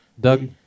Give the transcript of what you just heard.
Doug